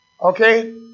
Okay